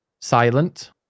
silent